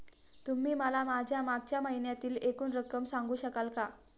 तुम्ही मला माझ्या मागच्या महिन्यातील एकूण रक्कम सांगू शकाल का?